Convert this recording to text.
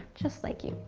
just like you.